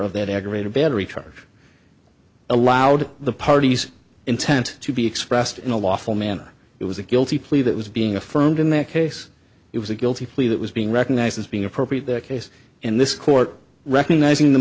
of that aggravated battery charge allowed the parties intent to be expressed in a lawful manner it was a guilty plea that was being affirmed in that case it was a guilty plea that was being recognized as being appropriate the case in this court recognizing the